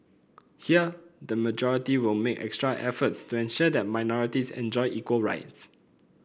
here the majority will make extra efforts to ensure that minorities enjoy equal rights